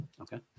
Okay